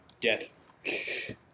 Death